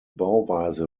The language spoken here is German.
bauweise